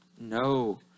No